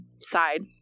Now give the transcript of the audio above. side